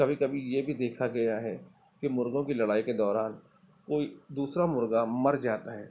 کبھی کبھی یہ بھی دیکھا گیا ہے کہ مرغوں کی لڑائی کے دوران کوئی دوسرا مرغہ مر جاتا ہے